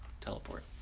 teleport